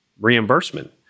reimbursement